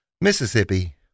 mississippi